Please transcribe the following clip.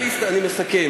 אני מסכם.